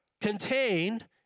contained